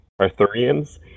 Arthurians